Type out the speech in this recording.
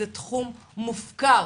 זה תחום מופקר.